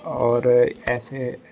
और ऐसे